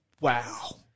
Wow